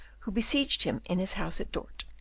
who besieged him in his house at dort,